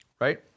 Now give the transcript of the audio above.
right